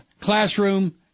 classroom